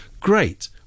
Great